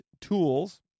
tools